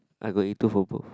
I got A two for both